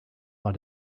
war